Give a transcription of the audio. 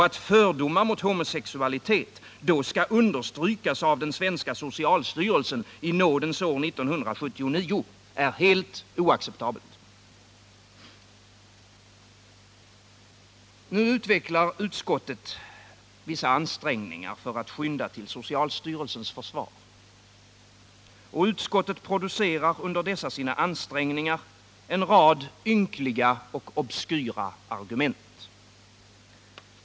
Att fördomar mot homosexualitet då skall understrykas av den svenska socialstyrelsen i nådens år 1979 är helt oacceptabelt. Nu utvecklar utskottet vissa ansträngningar för att skynda till socialstyrelsens försvar. Och utskottet producerar under dessa sina ansträngningar en rad ynkliga och obskyra argument.